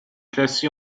classé